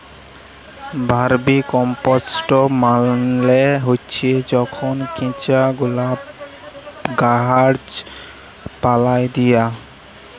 vermicompost মালে হছে যখল কেঁচা গুলা গাহাচ পালায় দিয়া